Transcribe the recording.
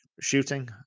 shooting